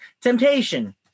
temptation